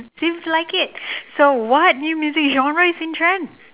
seems like it so what new music genre is in trend